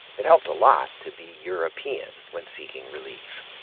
it helped a lot to be european when seeking relief.